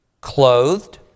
clothed